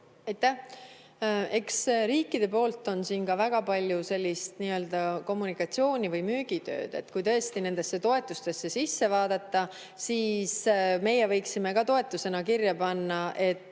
Aitäh! Eks riikide poolt on siin väga palju sellist nii-öelda kommunikatsiooni- või müügitööd. Kui tõesti nendesse toetustesse sisse vaadata, siis meie võiksime ka toetusena kirja panna, et